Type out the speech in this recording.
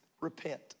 Repent